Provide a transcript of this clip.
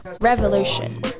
Revolution